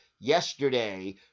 yesterday